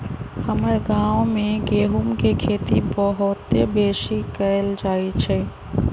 हमर गांव में गेहूम के खेती बहुते बेशी कएल जाइ छइ